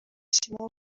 simon